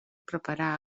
preparà